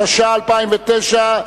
התש"ע 2010,